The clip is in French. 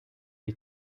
est